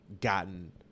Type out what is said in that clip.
gotten